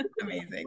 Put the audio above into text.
Amazing